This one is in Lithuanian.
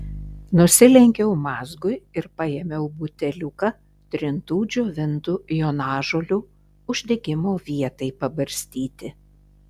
nusilenkiau mazgui ir paėmiau buteliuką trintų džiovintų jonažolių uždegimo vietai pabarstyti